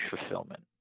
fulfillment